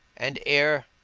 and air,